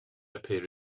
appear